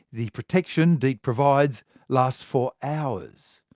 the protection deet provides lasts for hours,